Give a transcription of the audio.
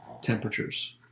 temperatures